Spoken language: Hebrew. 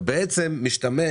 ובעצם משתמש